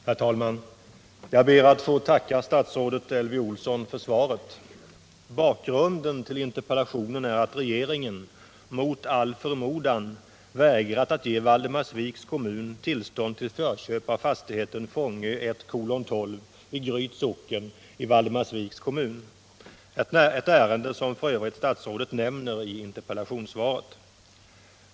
Herr talman! Jag ber att få tacka statsrådet Elvy Olsson för svaret. Bakgrunden till interpellationen är att regeringen mot all förmodan vägrat ge Valdemarsviks kommun tillstånd till förköp av fastigheten Fångö 1:12 i Gryts socken i Valdemarsviks kommun, ett ärende som statsrådet nämner i interpellationssvaret.